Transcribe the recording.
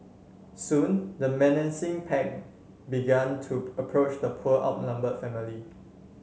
soon the menacing pack began to approach the poor outnumber family